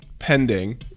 pending